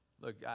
Look